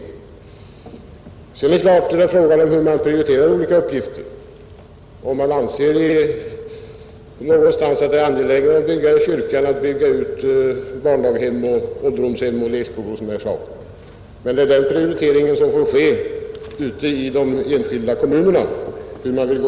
Sedan är det givetvis fråga om hur man prioriterar olika uppgifter. Någonstans kanske man anser att det är angelägnare att bygga en kyrka än att bygga ut barndaghem, ålderdomshem, lekskolor m.m. Men det är den prioriteringen som får ske ute i de enskilda kommunerna.